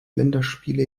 länderspiele